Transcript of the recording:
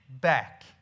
back